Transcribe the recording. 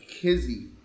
Kizzy